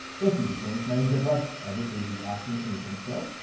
if you just joined us. my name's ed rush. ah this is the ask me anything show.